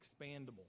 expandable